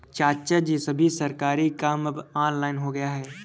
चाचाजी, सभी सरकारी काम अब ऑनलाइन हो गया है